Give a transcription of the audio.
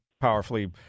powerfully